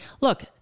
look